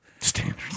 Standards